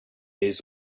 les